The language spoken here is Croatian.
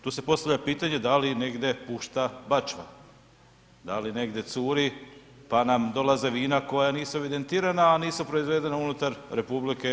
Tu se postavlja pitanje, da li negdje pušta bačva, da li negdje curi, pa nam dolaze vina koja nisu evidentirana, a nisu proizvedena unutar RH.